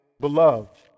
beloved